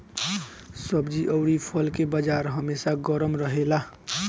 सब्जी अउरी फल के बाजार हमेशा गरम रहेला